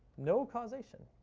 no causation.